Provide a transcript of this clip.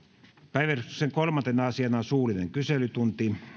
päiväjärjestyksen kolmantena asiana on suullinen kyselytunti